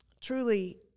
truly